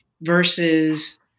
versus